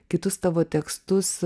kitus tavo tekstus